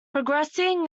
progressing